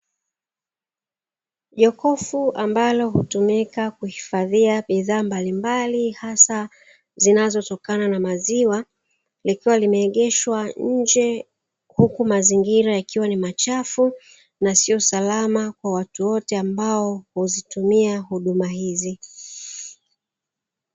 Jokofu ambalo hutumika kuhifadhia bidhaa mbalimbali hasa zinazotokana na maziwa, likiwa limeegeshwa nje huku mazingira yakiwa ni machafu na sio salama kwa watu wote ambawo huzitumia huduma hizi.